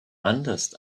anders